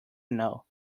know